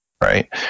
right